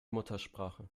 muttersprache